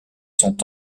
sont